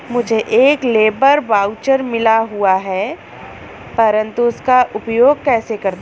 मुझे एक labour voucher मिला हुआ है परंतु उसका उपयोग कैसे करते हैं?